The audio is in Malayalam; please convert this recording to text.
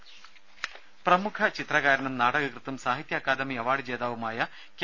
രമേ പ്രമുഖ ചിത്രകാരനും നാടകകൃത്തും സാഹിത്യ അക്കാദമി അവാർഡ് ജേതാവുമായ കെ